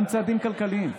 גם צעדים כלכליים.